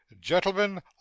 Gentlemen